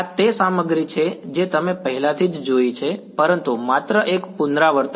આ તે સામગ્રી છે જે તમે પહેલાથી જ જોઈ છે પરંતુ માત્ર એક પુનરાવર્તન